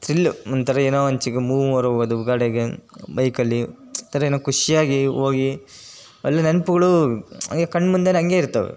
thrill ಒಂಥರ ಏನೋ ಒಂದು ಮೂವರು ಹೋಗದು ಗಾಡ್ಯಾಗೆ ಬೈಕಲ್ಲಿ ಒಂಥರ ಏನೋ ಖುಷಿಯಾಗಿ ಹೋಗಿ ಅಲ್ಲಿ ನೆನಪುಗಳು ಹಾಗೇ ಕಣ್ಣು ಮುಂದೆನೇ ಹಂಗೆ ಇರ್ತವೆ